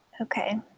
Okay